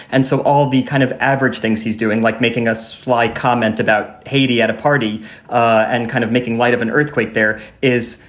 and so all the kind of average things he's doing, like making us fly, comment about haiti at a party and kind of making light of an earthquake there is,